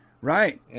Right